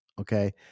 Okay